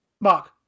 Mark